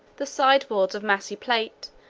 the sideboards of massy plate,